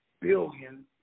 billion